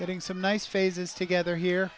getting some nice faces together here